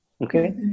Okay